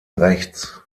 rechts